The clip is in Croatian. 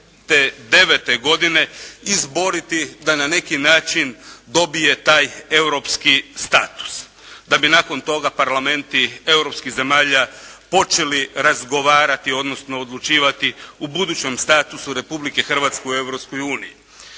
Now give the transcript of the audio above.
2009. godine izboriti da na neki način dobije taj europski status da bi nakon toga parlamenti europskih zemalja počeli razgovarati, odnosno odlučivati o budućem statusu Republike Hrvatske u Europskoj uniji.